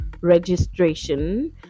registration